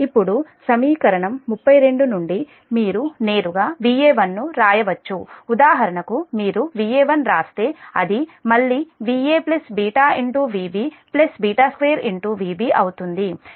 ఇప్పుడు సమీకరణం 32 నుండి మీరు నేరుగా Va1 ను వ్రాయవచ్చు ఉదాహరణకు మీరు Va1 వ్రాస్తే అది మళ్ళీ Va β Vb β2 Vb అవుతుంది ఎందుకంటే Vb Vc